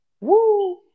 Woo